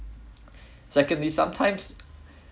secondly sometimes